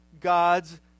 God's